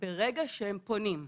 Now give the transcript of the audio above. ברגע שהם פונים.